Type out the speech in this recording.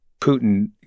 Putin